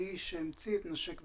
האיש שהמציא את נשק וסע.